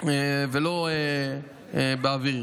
ולא באוויר.